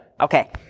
Okay